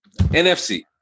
NFC